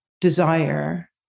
desire